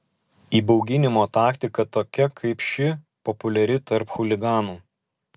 įbauginimo taktika tokia kaip ši populiari tarp chuliganų